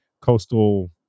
coastal